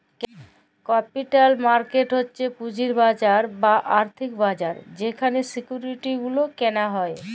capital market হচ্ছ পুঁজির বাজার বা আর্থিক বাজার যেখালে সিকিউরিটি গুলা কেলা হ্যয়